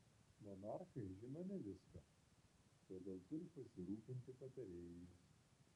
monarchai žino ne viską todėl turi pasirūpinti patarėjais